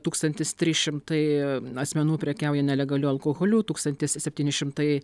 tūkstantis trys šimtai asmenų prekiauja nelegaliu alkoholiu tūkstantis septyni šimtai